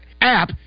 app